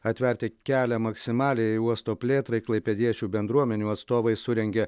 atverti kelią maksimaliai uosto plėtrai klaipėdiečių bendruomenių atstovai surengė